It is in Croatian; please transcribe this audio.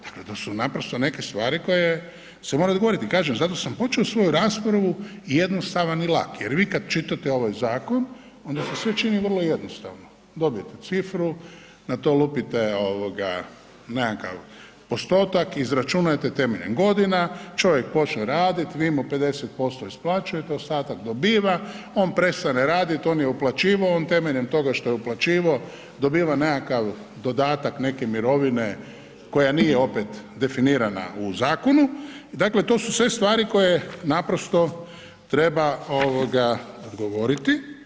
Dakle to su naprosto neke stvari koje se moraju odgovoriti, kažem, zato sam počeo svoju raspravu jednostavan i lak jer vi kad čitate ovaj zakon, onda se sve čini vrlo jednostavno, dobijete cifru, na to lupite nekakav postotak, izračunate temeljem godina, čovjek počne raditi, vi mu 50% isplaćujete, ostatak dobiva, on prestane raditi, on je uplaćivao, on temeljem toga što je uplaćivao dobiva nekakav dodatak neke mirovine koja nije opet definirana u zakonu i dakle to su sve stvari koje naprosto treba odgovoriti.